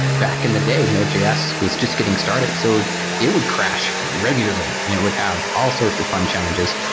back in the day, node js was just getting started. so it would crash regularly and it would have all sorts of fun challenges.